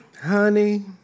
honey